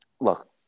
Look